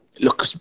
look